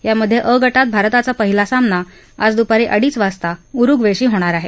यामध्ये अ गटात भारताचा पहिला सामना आज दुपारी अडीचला उरुग्वेशी होणार आहे